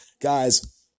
guys